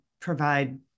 provide